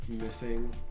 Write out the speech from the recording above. missing